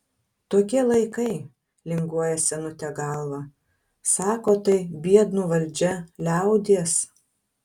tokie laikai linguoja senutė galva sako tai biednų valdžia liaudies